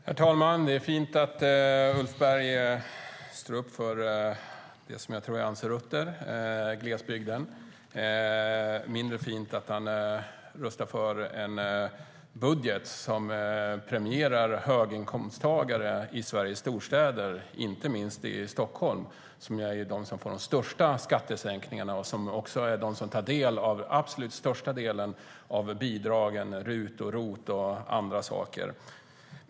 Herr talman! Det är fint att Ulf Berg står upp för det som jag tror är hans rötter, glesbygden. Det är mindre fint att han röstar för en budget som premierar höginkomsttagare i Sveriges storstäder, inte minst i Stockholm, som är de som får de största skattesänkningarna och som är de som tar den absolut största delen av bidragen RUT och ROT och andra saker.